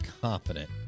confident